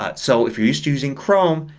ah so if you're used to using chrome,